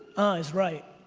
ah is right.